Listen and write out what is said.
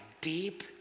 deep